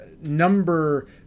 number